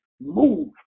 move